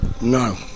No